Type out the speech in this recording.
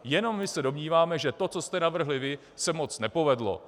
Jenom se domníváme, že to, co jste navrhli vy, se moc nepovedlo.